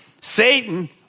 Satan